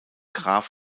graf